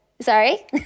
sorry